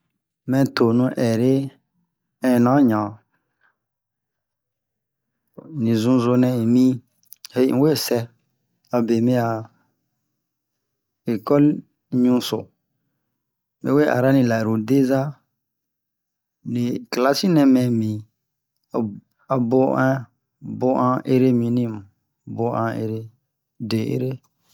mɛ tonu ɛre ɛna ɲan li zou zo nɛ imi yei n'we sɛ a be mia ekol ɲuso mɛ arari layirideza klasi nɛ mi a bohɛn bohan ere midim bohan ere dehere